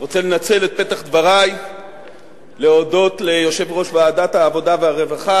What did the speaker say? אני רוצה לנצל את פתח דברי להודות ליושב-ראש ועדת העבודה והרווחה,